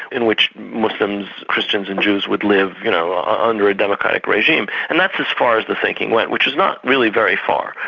in which muslims, christians and jews would live you know ah under a democratic regime, and that's as far as the thinking went, which is not really very far,